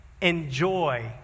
enjoy